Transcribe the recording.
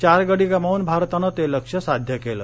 चार गडी गमावून भारतानं ते लक्ष्य साध्य केलं